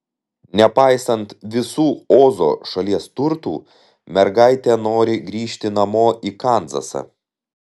nepaisant visų ozo šalies turtų mergaitė nori grįžti namo į kanzasą